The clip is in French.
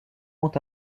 font